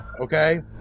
Okay